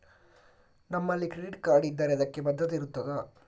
ನಮ್ಮಲ್ಲಿ credit card ಇದ್ದರೆ ಅದಕ್ಕೆ ಭದ್ರತೆ ಇರುತ್ತದಾ?